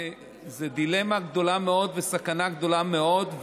זו דילמה גדולה מאוד וסכנה גדולה מאוד.